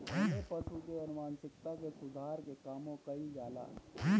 एमे पशु के आनुवांशिकता के सुधार के कामो कईल जाला